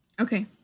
okay